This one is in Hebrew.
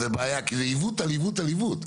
זו בעיה כי זה עיוות על עיוות על עיוות,